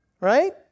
Right